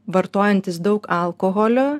vartojantys daug alkoholio